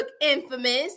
infamous